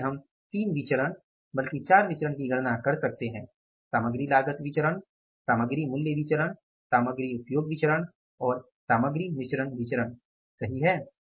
इसलिए हम 3 विचरण बल्कि 4 विचरण की गणना कर सकते हैं सामग्री लागत विचरण सामग्री मूल्य विचरण सामग्री उपयोग विचरण और सामग्री मिश्रण विचरण सही है